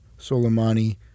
Soleimani